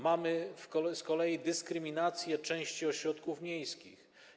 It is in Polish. Mamy z kolei dyskryminację części ośrodków miejskich.